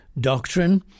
doctrine